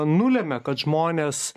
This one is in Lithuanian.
nulemia kad žmonės